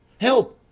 help!